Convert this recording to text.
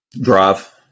Drive